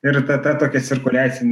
ir ta ta tokia cirkuliacija